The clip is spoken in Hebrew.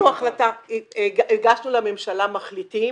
הגשנו לממשלה מחליטים